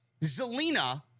Zelina